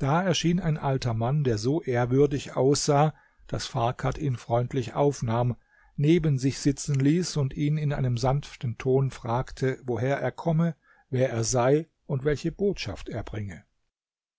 da erschien ein alter mann der so ehrwürdig aussah daß farkad ihn freundlich aufnahm neben sich sitzen ließ und ihn in einem sanften ton fragte woher er komme wer er sei und welche botschaft er bringe